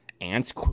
Ants